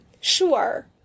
sure